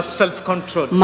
self-control